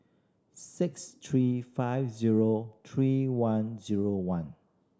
six three five zero three one zero one